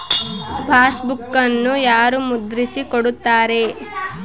ಪಾಸ್ಬುಕನ್ನು ಯಾರು ಮುದ್ರಿಸಿ ಕೊಡುತ್ತಾರೆ?